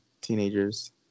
teenagers